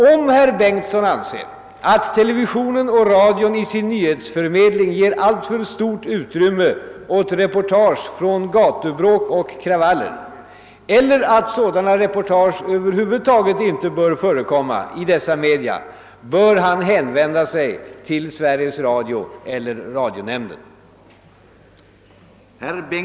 Om herr Bengtson anser att televisionen och radion i sin nyhetsförmedling ger alltför stort utrymme åt reportage från gatubråk och kravaller eller att sådana reportage över huvud taget inte bör förekomma i dessa media, bör han hänvända sig till Sveriges Radio eller Radionämnden.